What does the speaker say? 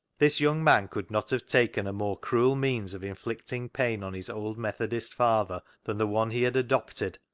this young man could not have taken a more cruel means of inflicting pain on his old methodist father than the one he had adopted,